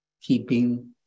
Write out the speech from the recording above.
keeping